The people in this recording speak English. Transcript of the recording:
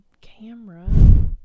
camera